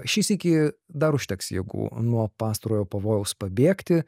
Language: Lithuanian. šį sykį dar užteks jėgų nuo pastarojo pavojaus pabėgti